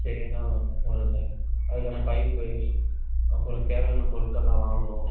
சரியாக தான் வரும் வரும் சார் அதுக்கான பைப்பு அப்புறம் தேவையான பொருள்கள்லாம் வாங்கணும்